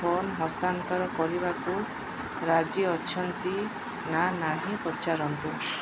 phone ହସ୍ତାନ୍ତର କରିବାକୁ ରାଜି ଅଛନ୍ତି ନା ନାହିଁ ପଚାରନ୍ତୁ